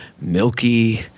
milky